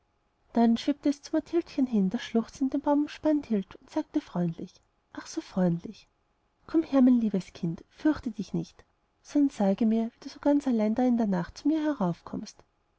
dann schwebte es zu mathildchen hin das schluchzend den baum umspannt hielt und sagte freundlich ach so freundlich komm her mein liebes kind fürchte dich nicht sondern sage mir wie du so ganz allein da in der nacht zu mir heraufkommst